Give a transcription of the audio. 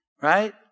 right